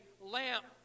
lamp